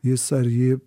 jis ar ji